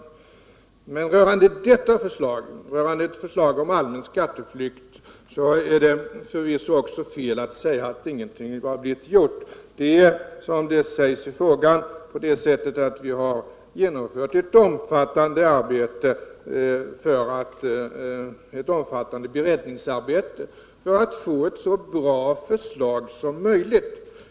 Men rörande ett förslag om allmän skatteflykt är det förvisso också fel att säga att ingenting blivit gjort. Såsom påpekas i svaret, har vi genomfört ett omfattande beredningsarbete för att få ett så bra förslag som möjligt.